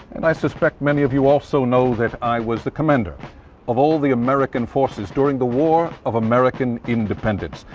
and i suspect many of you also know that i was the commander of all the american forces during the war of american independence,